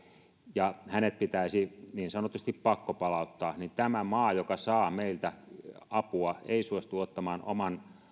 ja hänet pitäisi niin sanotusti pakkopalauttaa niin tämä maa joka saa meiltä apua ei suostu ottamaan oman